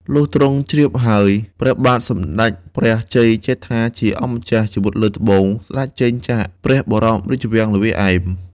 លុះទ្រង់ជ្រាបហើយ ព្រះបាទសម្ដេចព្រះជ័យជេដ្ឋាជាអម្ចាស់ជីវិតលើត្បូង ស្ដេចចេញចាក ព្រះបរមរាជវាំងល្វាឯម